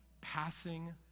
Passing